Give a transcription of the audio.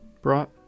Brought